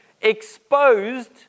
exposed